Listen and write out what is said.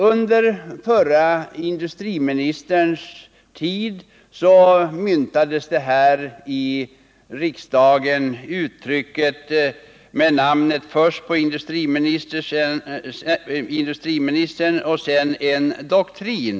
Under förre industriministerns tid myntades här i riksdagen ett uttryck, som bestod av namnet på industriministern och en doktrin.